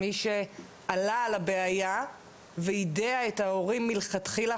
מי שעלה על הבעיה ויידע את ההורים מלכתחילה,